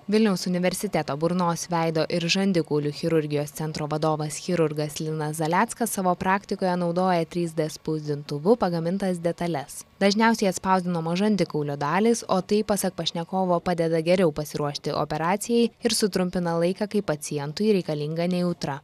vilniaus universiteto burnos veido ir žandikaulių chirurgijos centro vadovas chirurgas linas zaleckas savo praktikoje naudoja trys d spausdintuvu pagamintas detales dažniausiai atspausdinamos žandikaulio dalys o tai pasak pašnekovo padeda geriau pasiruošti operacijai ir sutrumpina laiką kai pacientui reikalinga nejautra